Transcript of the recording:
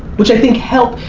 which i think help.